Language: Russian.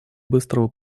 быстрого